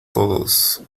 todos